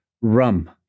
rum